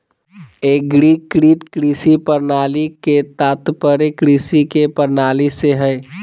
एग्रीकृत कृषि प्रणाली के तात्पर्य कृषि के प्रणाली से हइ